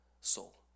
soul